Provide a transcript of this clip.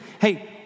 Hey